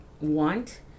want